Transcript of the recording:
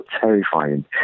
terrifying